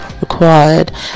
Required